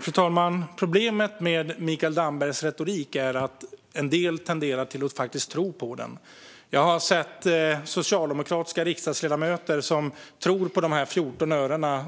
Fru talman! Problemet med Mikael Dambergs retorik är att en del tenderar att faktiskt tro på den. Jag har sett socialdemokratiska riksdagsledamöter som tror på att de här 14 örena